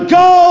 go